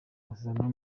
amasezerano